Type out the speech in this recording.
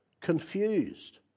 Confused